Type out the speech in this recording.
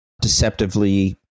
deceptively